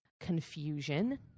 confusion